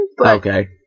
Okay